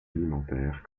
alimentaire